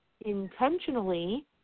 intentionally